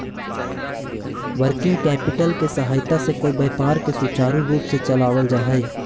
working capital के सहायता से कोई व्यापार के सुचारू रूप से चलावल जा हई